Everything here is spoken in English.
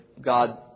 God